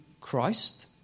Christ